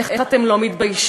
איך אתם לא מתביישים?